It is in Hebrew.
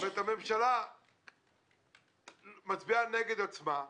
כלומר הממשלה מצביעה נגד עצמה.